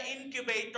incubator